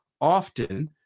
often